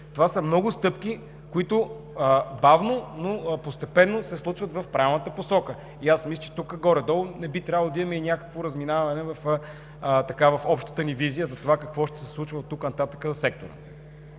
това са много стъпки, които бавно, но постепенно се случват в правилната посока. Аз мисля, че тук горе-долу не би трябвало да имаме и някакво разминаваме в общата ни визия за това какво ще се случва оттук нататък в сектора.